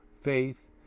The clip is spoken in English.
Faith